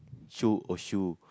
show or shoe